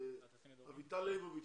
אביטל ליבוביץ'